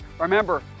Remember